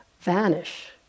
vanish